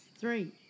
Three